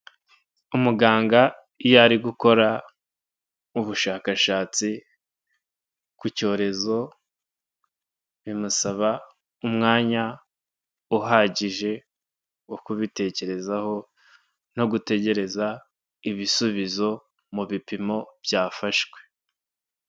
Umuganga iyo ari gukora ubushakashatsi ku cyorezo bimusaba umwanya uhagije wo kubitekerezaho no gutegereza ibisubizo mu bipimo byafashwe.